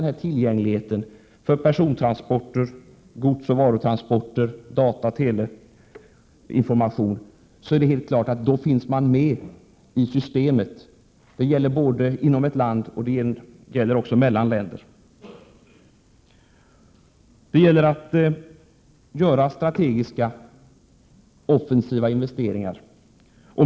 Har man tillgänglighet för persontransporter, godsoch varutransporter, dataoch telein Prot. 1987/88:127 formation, är det helt klart att man finns med i systemet. Det gäller både inom ett land och mellan länder. Det gäller att göra strategiska, offensiva investeringar.